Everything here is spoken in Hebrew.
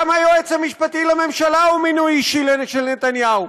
גם היועץ המשפטי לממשלה הוא מינוי אישי של נתניהו.